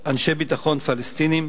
אנשי ביטחון פלסטינים?